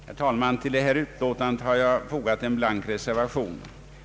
Herr talman! Till detta utlåtande har jag fogat en blank reservation.